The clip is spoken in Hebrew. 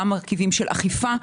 גם מרכיבי אכיפה,